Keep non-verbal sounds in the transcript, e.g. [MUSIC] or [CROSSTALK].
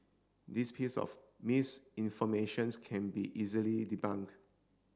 this piece of misinformation [UNINTELLIGIBLE] can be easily debunked